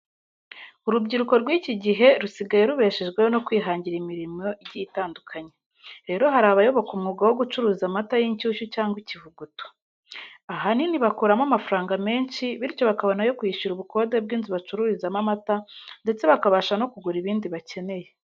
Urubyiruko rw'iki gihe rusigaye rubeshejweho no kwihangira imirimo igiye itandukanye. Rero hari abayoboka umwuga wo gucuruza amata y'inshyushyu cyangwa ikivuguto. Ahanini bakuramo amafaranga menshi, bityo bakabona ayo kwishyura ubukode bw'inzu bacururizamo amata, ndetse bakabasha no kugura ibindi bakeneye.